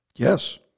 Yes